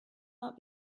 not